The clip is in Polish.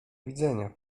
widzenia